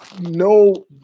no